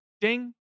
ding